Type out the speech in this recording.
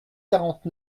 quarante